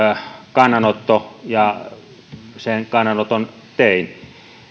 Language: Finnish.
kannanotto ja sen kannanoton tein